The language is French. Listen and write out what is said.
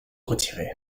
retirer